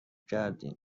کردین